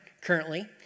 currently